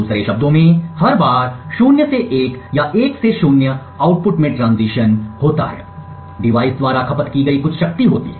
दूसरे शब्दों में हर बार 0 से 1 या 1 से आउटपुट में ट्रांजीशन होता है डिवाइस द्वारा खपत की गई कुछ शक्ति होती है